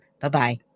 Bye-bye